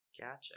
Gotcha